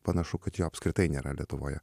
panašu kad jo apskritai nėra lietuvoje